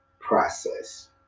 process